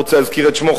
לא רוצה להזכיר את שמו,